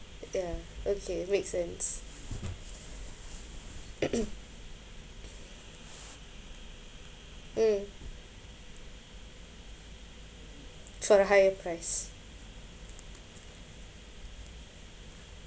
ya okay makes sense mm for a higher price